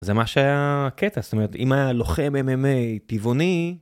זה מה שהיה הקטע, זאת אומרת, אם היה לוחם MMA טבעוני.